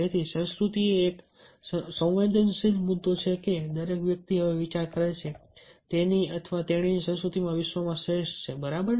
તેથી સંસ્કૃતિ એ એક એવો સંવેદનશીલ મુદ્દો છે કે દરેક વ્યક્તિ હવે વિચારે છે કે તેની અથવા તેણીની સંસ્કૃતિ વિશ્વમાં શ્રેષ્ઠ છે બરાબર